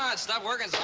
ah stop working